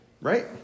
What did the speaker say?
Right